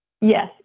Yes